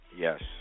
Yes